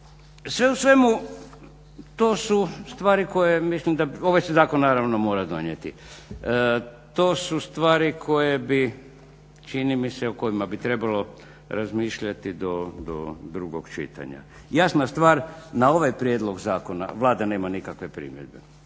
Sve u svemu to su stvari koje mislim, ovaj se zakon naravno mora donijeti, to su stvari koje bi čini mi se o kojima bi trebalo razmišljati do drugog čitanja. Jasna stvar na ovaj prijedlog zakona Vlada nema nikakve primjedbe.